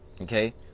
okay